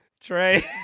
Trey